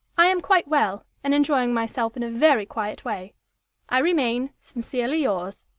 i am quite well, and enjoying myself in a very quiet way i remain, sincerely yours,